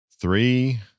Three